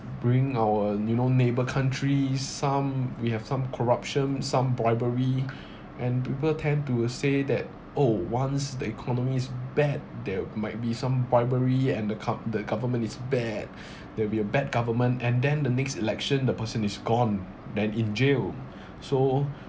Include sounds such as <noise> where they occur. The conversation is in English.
bring our you know neighbour countries some we have some corruption some bribery and people tend to say that oh once the economy's bad there might be some bribery and the gov~ the government is bad <breath> there'll be a bad government and then the next election the person is gone then in jail so